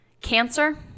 cancer